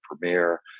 premiere